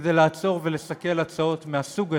כדי לעצור ולסכל הצעות מהסוג הזה,